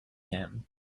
him